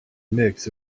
mix